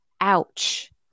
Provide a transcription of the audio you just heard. Ouch